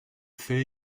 fait